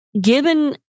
given